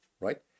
right